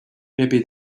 maybe